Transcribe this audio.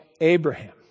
Abraham